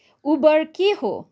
Uber के हो